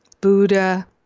Buddha